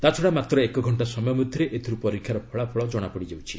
ତା'ଛଡ଼ା ମାତ୍ର ଏକଘଷ୍ଟା ସମୟ ମଧ୍ୟରେ ଏଥିରୁ ପରୀକ୍ଷାର ଫଳାଫଳ କ୍ଷଣାପଡ଼ୁଛି